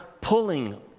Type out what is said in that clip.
pulling